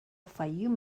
fayoum